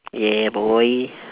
yeah boy